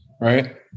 Right